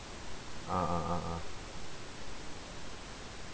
ah ah ah ah